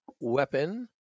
weapon